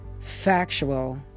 factual